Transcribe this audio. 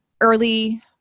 early